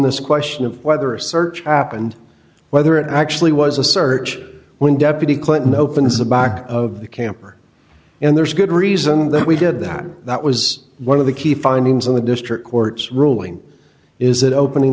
this question of whether a search happened whether it actually was a search when deputy clinton opens the back of the camper and there's good reason that we did that that was one of the key findings in the district court's ruling is that opening